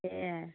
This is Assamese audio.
সেয়া